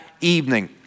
evening